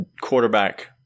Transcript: quarterback